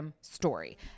story